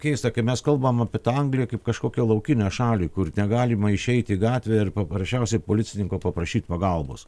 keista kai mes kalbam apie tą angliją kaip kažkokią laukinę šalį kur negalima išeiti į gatvę ir paprasčiausiai policininko paprašyt pagalbos